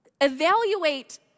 evaluate